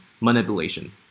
manipulation